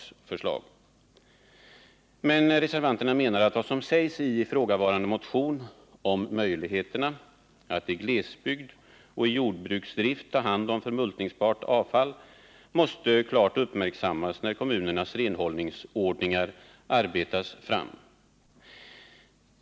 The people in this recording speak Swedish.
Men Tisdagen den reservanterna menar att vad som sägs i ifrågavarande motion om möjlighe 5 juni 1979 terna att i glesbygd och i jordbruksdrift ta hand om förmultningsbart avfall klart måste uppmärksammas när kommunernas renhållningsordningar arbetas fram.